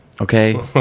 okay